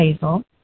basil